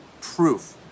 proof